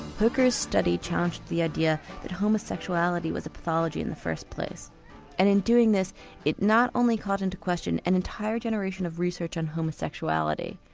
hooker's study challenged the idea that homosexuality was a pathology in the first place, and in doing this it not only called into question an entire generation of research on homosexuality,